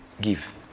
Give